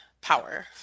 power